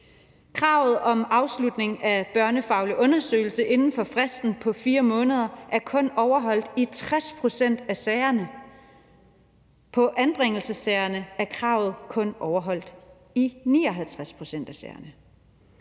Kravet om afslutning af en børnefaglig undersøgelse inden for fristen på 4 måneder er kun overholdt i 60 pct. af sagerne. Blandt anbringelsessagerne er kravet kun overholdt i 59 pct. af sagerne.